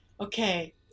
Okay